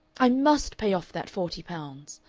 i must pay off that forty pounds.